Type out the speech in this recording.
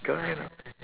correct or not